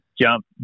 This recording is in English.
jump